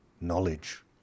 knowledge